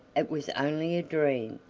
it was only a dream,